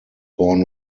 born